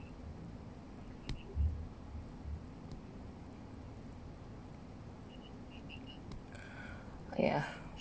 yeah